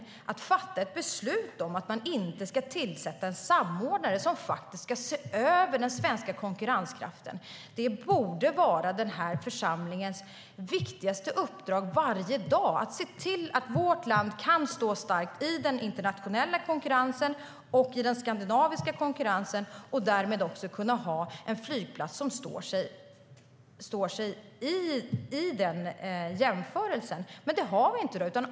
Hur kan man fatta ett beslut om att det inte ska tillsättas en samordnare som ska se över den svenska konkurrenskraften? Denna församlings viktigaste uppdrag varje dag borde vara att se till att vårt land kan stå starkt i den internationella och skandinaviska konkurrensen. Därför måste vi ha en flygplats som står sig väl vid en jämförelse, men det har vi inte i dag.